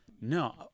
no